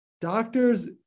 doctors